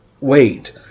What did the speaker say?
wait